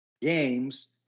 games